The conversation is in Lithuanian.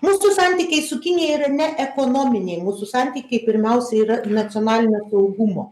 mūsų santykiai su kinija yre ne ekonominiai mūsų santykiai pirmiausia yra nacionalinio saugumo